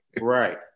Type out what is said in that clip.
Right